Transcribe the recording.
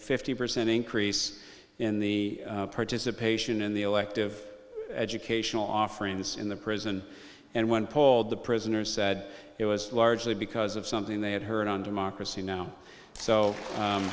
fifty percent increase in the participation in the elective educational offerings in the prison and when polled the prisoners said it was largely because of something they had heard on democracy now so